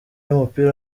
y’umupira